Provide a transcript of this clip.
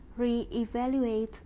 reevaluate